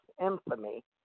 infamy